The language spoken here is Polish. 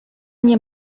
nie